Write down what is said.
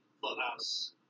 clubhouse